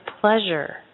pleasure